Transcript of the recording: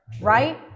right